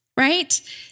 right